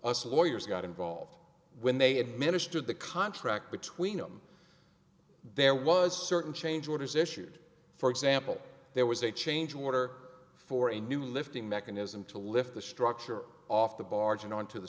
us lawyers got involved when they administered the contract between them there was a certain change orders issued for example there was a change order for a new lifting mechanism to lift the structure off the barge and onto the